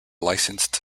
licensed